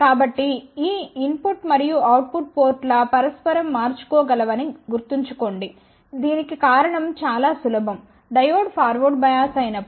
కాబట్టి ఈ ఇన్పుట్ మరియు అవుట్ పుట్ పోర్టులు పరస్పరం మార్చుకోగలవని గుర్తుంచుకోండిదీనికి కారణం చాలా సులభం డయోడ్ ఫార్వర్డ్ బయాస్ అయినప్పుడు